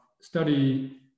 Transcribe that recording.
study